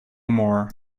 more